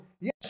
yes